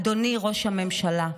אדוני ראש הממשלה,